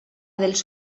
dels